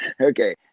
Okay